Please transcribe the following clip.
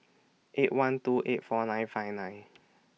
eight one two eight four nine five nine